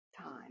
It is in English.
time